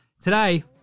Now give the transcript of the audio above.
Today